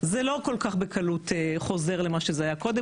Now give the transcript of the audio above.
זה לא כל כך בקלות חוזר למה שזה היה קודם,